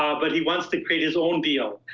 um but he wants to create his own deal.